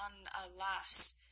alas